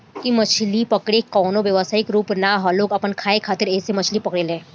इ मछली पकड़े के कवनो व्यवसायिक रूप ना ह लोग अपना के खाए खातिर ऐइसे मछली पकड़े ले